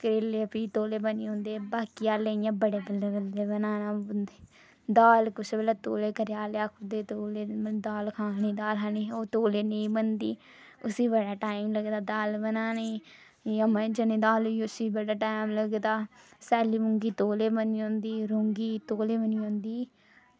करेले भी तौले बनी जंदे बाकी आह्ले बड़े इंया बल्लें बल्लें बनाना पौंदे ते दाल कोलै घरै आह्ले आखदे दाल खानी दाल खानी ओह् तौले नेईं बनदी उसी बड़ा टाईम लगदा दाल बनाने ई जियां मां चने दी दाल होई उसी बड़ा टैम लगदा सैल्ली रौंगी तौले बनी जंदी ते तौले बनी जंदी